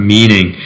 Meaning